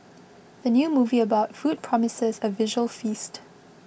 the new movie about food promises a visual feast